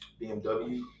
BMW